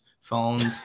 phones